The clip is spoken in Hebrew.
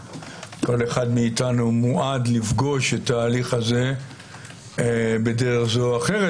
כל אחד מאתנו מועד לפגוש את ההליך הזה בדרך זו או אחרת,